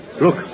Look